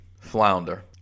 flounder